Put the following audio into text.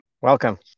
Welcome